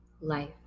life